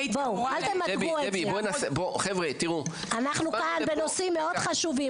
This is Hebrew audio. אנחנו כאן בנושאים מאוד חשובים.